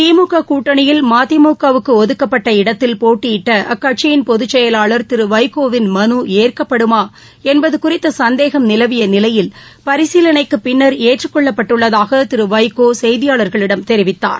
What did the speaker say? திமுக கூட்டணியில் மதிமுக வுக்கு ஒதுக்கப்பட்ட இடத்தில் போட்டியிட்ட அக்கட்சியின் பொதுச்செயலாளர் திரு வைகோ வின் மனு ஏற்கப்படுமா என்பது குறித்த சந்தேகம் நிலவிய நிலையில் பரிசீலனைக்குப் பின்னா் ஏற்றுக் கொள்ளப்பட்டுள்ளதாக திரு வைகோ செய்தியாளர்களிடம் தெரிவித்தார்